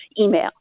email